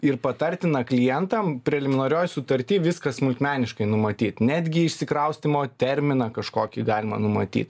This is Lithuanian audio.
ir patartina klientam preliminarioj sutartyj viską smulkmeniškai numatyt netgi išsikraustymo terminą kažkokį galima numatyt